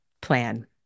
plan